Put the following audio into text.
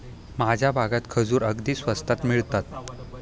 माझ्या भागात खजूर अगदी स्वस्तात मिळतात